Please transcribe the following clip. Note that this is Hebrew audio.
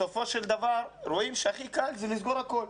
בסופו של דבר רואים שהכי קל זה לסגור הכול,